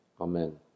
Amen